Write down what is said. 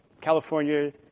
California